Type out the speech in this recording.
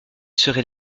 serait